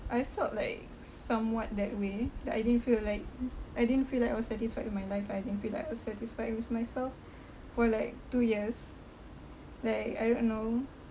I felt like somewhat that way like I didn't feel like I didn't feel like I was satisfied with my life like I didn't feel like I was satisfied with myself for like two years like I don't know